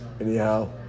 Anyhow